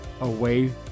away